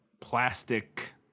plastic